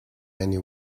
many